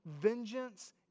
vengeance